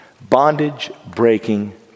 Bondage-breaking